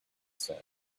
said